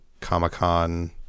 Comic-Con